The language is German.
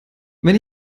wenn